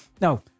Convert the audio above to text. Now